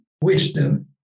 wisdom